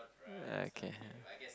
okay